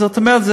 זאת אומרת,